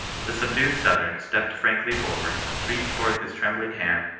the subdued southron stepped frankly forward, reached forth his trembling hand,